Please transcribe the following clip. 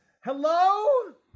Hello